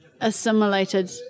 assimilated